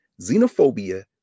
xenophobia